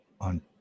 on